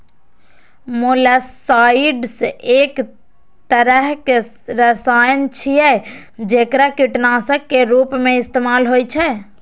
molluscicides एक तरहक रसायन छियै, जेकरा कीटनाशक के रूप मे इस्तेमाल होइ छै